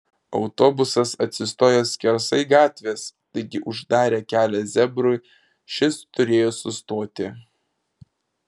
autobusas atsistojo skersai gatvės taigi uždarė kelią zebrui šis turėjo sustoti